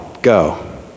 go